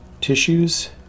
tissues